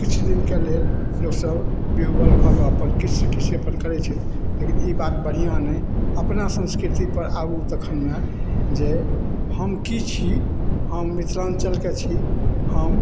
किछु दिनके लेल लोकसभ विह्वल भऽके अपन किछुसे किछु अपन करै छै लेकिन ई बात बढ़िआँ नहि अपना संस्कृतिपर आबू तखन ने जे हम कि छी हम मिथिलाञ्चलके छी हम